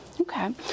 Okay